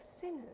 sinners